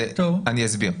אני אסביר: